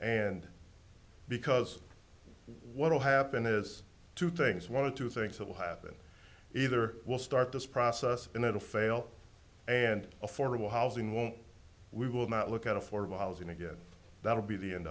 and because what'll happen is two things one of two things will happen either will start this process and it'll fail and affordable housing won't we will not look at affordable housing again that will be the end